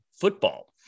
football